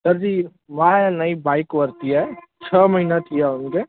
सरजी मां ए नई बाईक वरिती आहे छह महीना थी विया उन खे